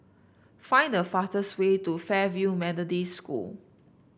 find the fastest way to Fairfield Methodist School